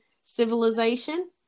civilization